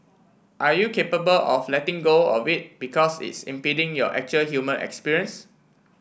are you capable of letting go of it because it's impeding your actual human experience